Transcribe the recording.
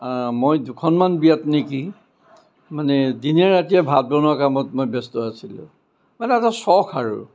মই দুখনমান বিয়াত নেকি মানে দিনে ৰাতিয়ে ভাত বনোৱা কামত মই ব্যস্ত আছিলোঁ মানে এটা চখ আৰু